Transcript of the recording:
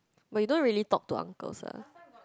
but you don't really talk to uncles lah